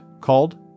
called